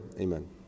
Amen